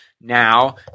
now